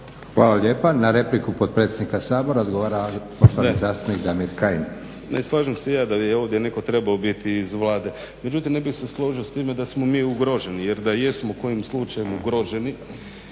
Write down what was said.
Hvala lijepa. Na repliku potpredsjednika Sabora odgovara poštovani zastupnik Damir Kajin. **Kajin, Damir (Nezavisni)** Ne, slažem se i ja da je ovdje netko trebao biti iz Vlade. Međutim, ne bih se složio s time da smo mi ugroženi jer da jesmo kojim slučajem ugroženi